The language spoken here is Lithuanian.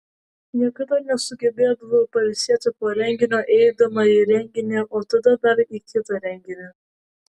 niekada nesugebėdavau pailsėti po renginio eidama į renginį o tada dar į kitą renginį